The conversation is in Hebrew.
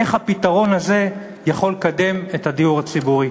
איך הפתרון הזה יכול לקדם את הדיור הציבורי?